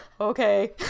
Okay